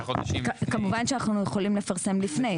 כמובן שאנחנו יכולים לפרסם לפני,